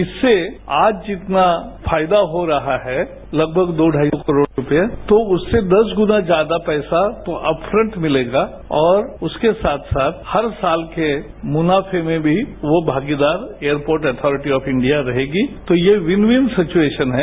इससे आज जितना फायदा हो रहा है लगभग दो ढाई करोड़ रुपये तो उससे दस गुना ज्यादा पैसा तो अप फ्रंट और उसके साथ साथ हर साल के मुनाफे में भी वो भागीदार एयरपोर्ट अथारिटी ऑफ इंडिया रहेगी तो ये विन विन सिचवेशन है